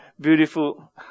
beautiful